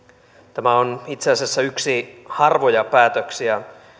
tämä on itse asiassa yksi harvoja päätöksiä